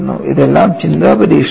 ഇതെല്ലാം ചിന്താ പരീക്ഷണമാണ്